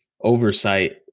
oversight